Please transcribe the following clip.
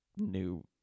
new